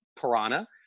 piranha